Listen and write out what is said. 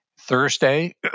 thursday